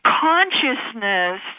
consciousness